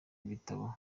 igitabo